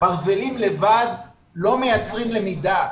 ברזלים לבד לא מייצרים למידה.